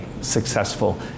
successful